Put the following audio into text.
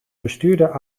bestuurder